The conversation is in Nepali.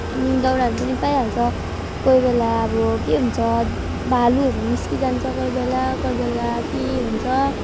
अनि दाउराहरू पनि पाइहाल्छ कोही बेला अब के हुन्छ भालुहरू निस्किजान्छ कोही बेला कोही बेला के हुन्छ